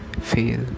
fail